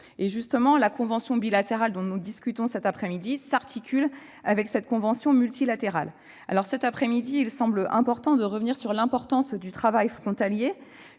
Justement, la convention bilatérale dont nous discutons cet après-midi s'articule avec cette convention multilatérale. Il me semble essentiel de revenir sur l'importance du travail frontalier.